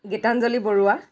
Gitanjali Barua